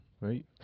Right